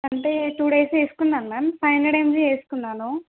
అంటే two days వేసుకున్న ma'am five hundred MG వేసుకున్నాను